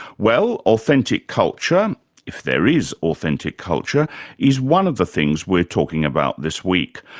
well, authentic culture if there is authentic culture is one of the things we're talking about this week.